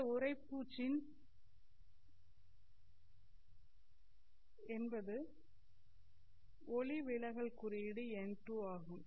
இந்த உரைப்பூச்சின் என்பது ஒளி விலகல் குறியீடு n2 ஆகும்